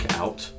out